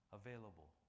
available